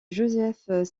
joseph